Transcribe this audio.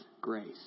grace